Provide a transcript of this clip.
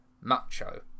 macho